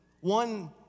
one